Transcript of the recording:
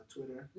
Twitter